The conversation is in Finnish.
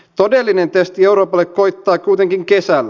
todellinen testi euroopalle koittaa kuitenkin kesällä